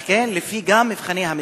לכן, גם לפי מבחני המיצ"ב,